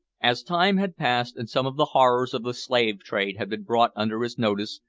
as time had passed, and some of the horrors of the slave-trade had been brought under his notice,